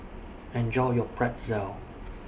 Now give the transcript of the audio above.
Enjoy your Pretzel